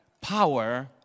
power